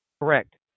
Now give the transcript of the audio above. Correct